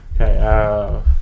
Okay